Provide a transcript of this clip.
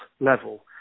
level